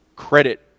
Credit